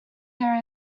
there